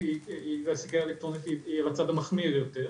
לסגריה האלקטרונית היא בצד המחמיר יותר,